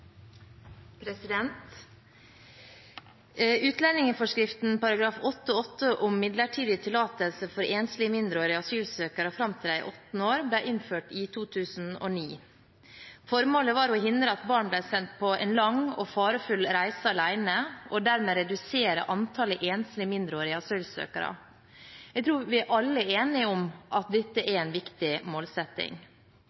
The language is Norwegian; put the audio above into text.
år, ble innført i 2009. Formålet var å hindre at barn ble sendt på en lang og farefull reise alene, og dermed redusere antallet enslige mindreårige asylsøkere. Jeg tror vi alle er enige om at dette er